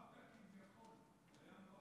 אמרת "כביכול", זה היה מאוד חשוב.